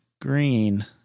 green